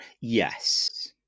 Yes